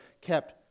kept